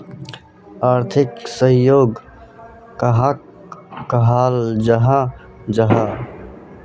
आर्थिक सहयोग कहाक कहाल जाहा जाहा?